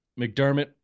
McDermott